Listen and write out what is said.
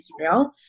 Israel